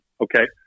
Okay